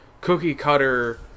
cookie-cutter